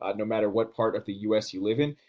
ah no matter what part of the us you live in.